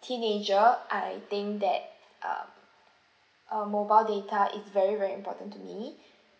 teenager I think that uh uh mobile data is very very important to me